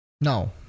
No